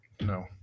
No